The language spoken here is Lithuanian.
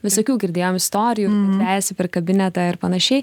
visokių girdėjom istorijų kad vejasi per kabinetą ir panašiai